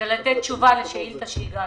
כדי לתת תשובה לשאילתה שהגשנו.